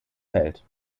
feld